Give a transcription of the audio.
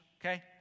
Okay